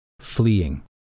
fleeing